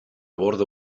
bordo